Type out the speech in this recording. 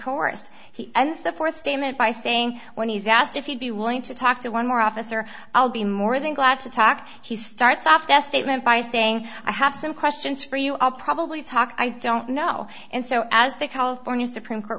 chorused he was the fourth statement by saying when he's asked if he'd be willing to talk to one more officer i'll be more than glad to talk he starts that statement by saying i have some questions for you i'll probably talk i don't know and so as the california supreme court